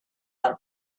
are